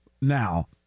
Now